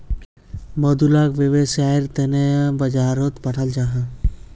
मधु लाक वैव्सायेर तने बाजारोत पठाल जाहा